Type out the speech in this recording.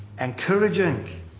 encouraging